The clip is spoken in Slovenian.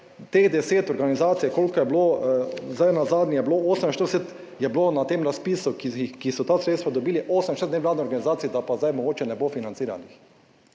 teh 10 organizacij, koliko je bilo zdaj nazadnje je bilo 48, je bilo na tem razpisu, ki so ta sredstva dobili, 86 nevladnih organizacij, da pa zdaj mogoče ne bo financiranih,